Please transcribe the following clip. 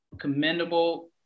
commendable